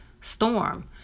storm